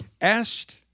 asked